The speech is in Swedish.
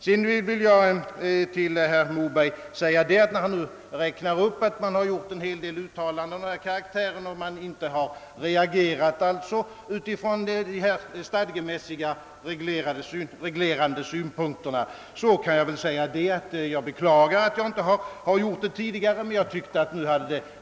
Sedan vill jag till herr Moberg säga, när han räknar upp att en hel del uttalanden av denna karaktär har gjorts utan att man då har reagerat utifrån dessa stadgemässigtreglerandesynpunkter, att jag beklagar att jag inte har reagerat på detta sätt tidigare.